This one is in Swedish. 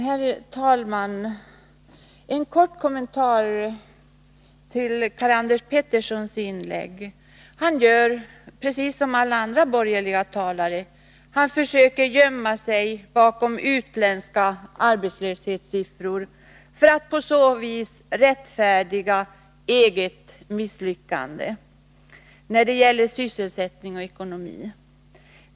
Herr talman! En kort kommentar till Karl-Anders Peterssons inlägg. Han gör precis som alla andra borgerliga talare: han försöker gömma sig bakom utländska arbetslöshetssiffror för att på så vis rättfärdiga eget misslyckande när det gäller sysselsättning och ekonomi.